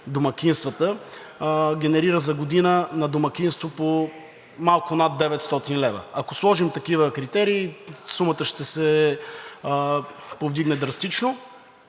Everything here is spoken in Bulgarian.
домакинствата, генерира за година на домакинство по малко над 900 лв., ако сложим такива критерии, сумата ще се повдигне драстично.